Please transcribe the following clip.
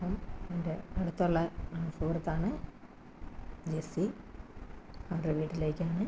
അപ്പം എൻ്റെ അടുത്തുള്ള സുഹൃത്താണ് ജെസ്സി അവരുടെ വീട്ടിലേക്കാണ്